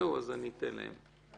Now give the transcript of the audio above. אני אתן להם.